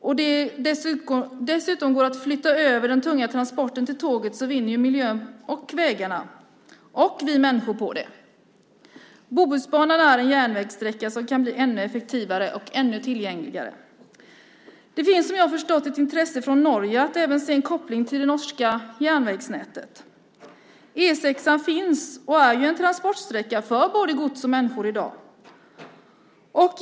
Om det dessutom går att flytta över den tunga transporten till tåg vinner miljön, vägarna och vi människor på det. Bohusbanan är en järnvägssträcka som kan bli ännu effektivare och ännu tillgängligare. Det finns även, som jag förstått det, ett intresse från Norge av en koppling till det norska järnvägsnätet. E 6 är en transportsträcka för både gods och människor i dag.